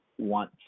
want